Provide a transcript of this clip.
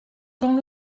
quand